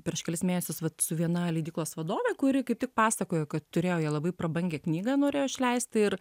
prieš kelis mėnesius vat su viena leidyklos vadove kuri kaip tik pasakojo kad turėjo jie labai prabangią knygą norėjo išleisti ir